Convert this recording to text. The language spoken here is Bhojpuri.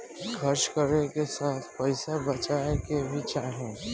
खर्च करे के साथ पइसा बचाए के भी चाही